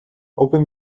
open